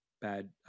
bad